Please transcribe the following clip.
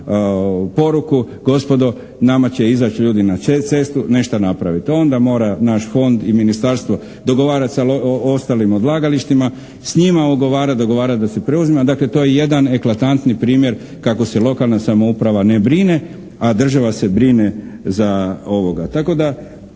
poruku gospodo nama će izaći ljudi na cestu nešto napraviti. Onda mora naš fond i ministarstvo dogovarati sa ostalim odlagalištima, s njima ugovarati i dogovarati da se preuzme. Dakle, to je jedan eklatantni primjer kako se lokalna samouprava ne brine a država se brine za ovoga, tako da